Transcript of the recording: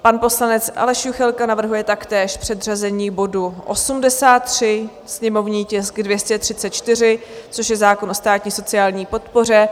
Pan poslanec Aleš Juchelka navrhuje taktéž předřazení bodu 83, sněmovní tisk 234, což je zákon o státní sociální podpoře.